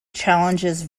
challenges